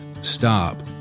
stop